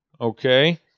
Okay